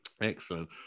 Excellent